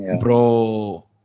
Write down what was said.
bro